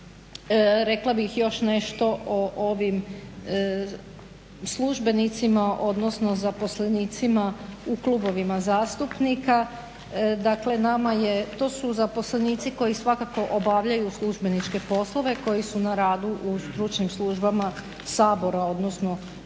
Rekla bih još nešto o ovim službenicima odnosno zaposlenicima u klubovima zastupnika. To su zaposlenici koji svakako obavljaju službeničke poslove koji su na radu u stručnim službama Sabora odnosno kluba.